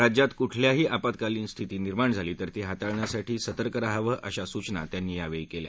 राज्यात कुठलीही आपातकालीन स्थिती निर्माण झाली तर ती हाताळण्यासाठी सतर्क रहावं अशा सूचना त्यांनी यावेळी केल्या